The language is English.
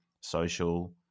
social